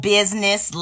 Business